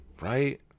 Right